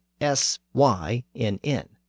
S-Y-N-N